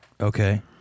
Okay